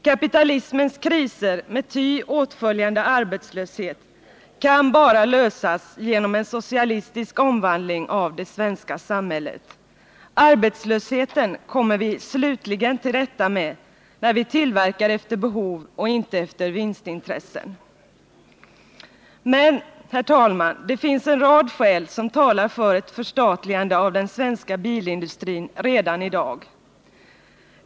Kapitalismens kriser, med ty åtföljande arbetslöshet, kan bara lösas genom en socialistisk omvandling av det svenska samhället. Arbetslösheten kommer vi slutligen till rätta med när vi tillverkar efter behov och inte efter vinstintressen. Men det finns, herr talman, en rad skäl som talar för ett förstatligande av den svenska bilindustrin redan i dag.